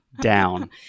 Down